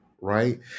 right